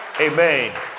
amen